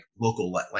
local